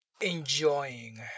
enjoying